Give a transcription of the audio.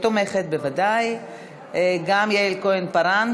אין נמנעים.